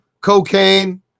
Cocaine